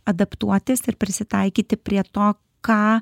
adaptuotis ir prisitaikyti prie to ką